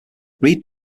reid